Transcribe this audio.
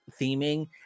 theming